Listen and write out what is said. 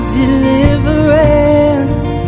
deliverance